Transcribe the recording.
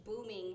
booming